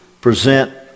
present